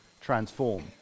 transform